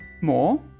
more